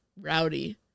rowdy